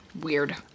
weird